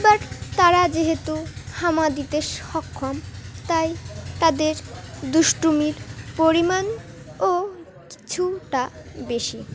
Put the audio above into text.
এবার তারা যেহেতু হামা দিতে সক্ষম তাই তাদের দুষ্টুমির পরিমাণও কিছুটা বেশি